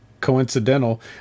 coincidental